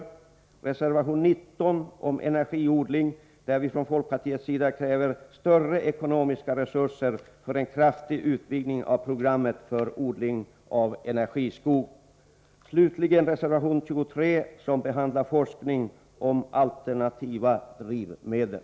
I reservation 19 om energiodling kräver vi från folkpartiets sida större ekonomiska resurser för en kraftig utvidgning av programmet för odling av energiskog. Reservation 23, slutligen, behandlar forskning om alternativa drivmedel.